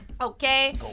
Okay